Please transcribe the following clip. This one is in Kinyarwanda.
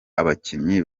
abakinnyi